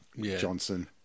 Johnson